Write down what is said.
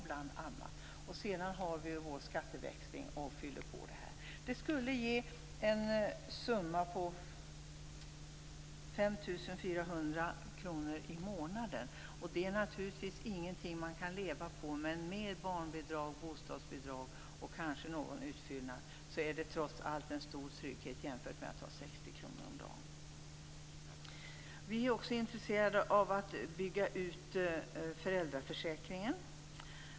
Sedan fyller vi på med vår skatteväxling. Det skulle ge en summa på 5 400 kr i månaden. Det är naturligtvis ingenting man kan leva på. Men med barnbidrag, bostadsbidrag och kanske någon utfyllnad är det trots allt en stor trygghet jämfört med att ha 60 kr om dagen. Vi i Miljöpartiet är också intresserade av att bygga ut föräldraförsäkringen.